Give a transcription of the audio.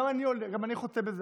גם אני חוטא בזה,